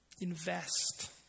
Invest